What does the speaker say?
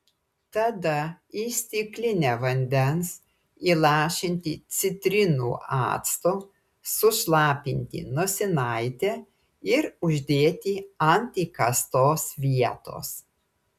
tada į stiklinę vandens įlašinti citrinų acto sušlapinti nosinaitę ir uždėti ant įkastos vietos